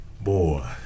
boy